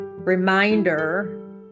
reminder